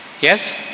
yes